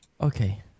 Okay